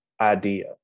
idea